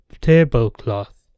tablecloth